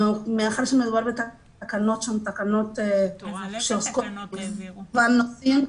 מאחר שמדובר בתקנות שהן תקנות שעוסקות במגוון נושאים,